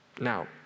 Now